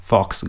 Fox